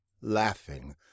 laughing